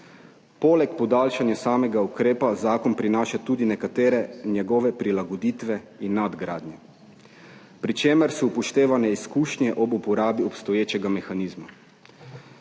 Poleg podaljšanja samega ukrepa zakon prinaša tudi nekatere njegove prilagoditve in nadgradnje, pri čemer so upoštevane izkušnje ob uporabi obstoječega mehanizma.